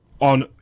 on